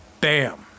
Bam